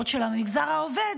בעוד שלמגזר העובד